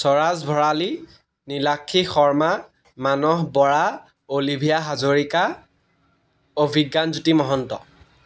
Swaraj Bhorali Nilakshi Sharma Manas Bora Olivia Hazarika Abhigyanjyoti Mahanta